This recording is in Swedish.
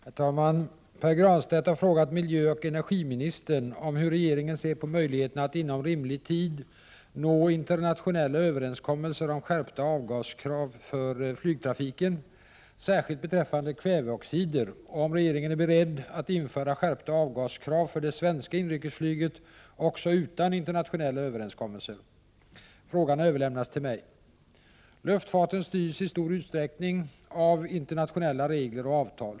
Herr talman! Pär Granstedt har frågat miljöoch energiministern om hur regeringen ser på möjligheterna att inom rimlig tid nå internationella överenskommelser om skärpta avgaskrav för flygtrafiken, särskilt beträffande kväveoxider, och om regeringen är beredd att införa skärpta avgaskrav för det svenska inrikesflyget också utan internationella överenskommelser. Frågan har överlämnats till mig. Luftfarten styrs i stor utsträckning av internationella regler och avtal.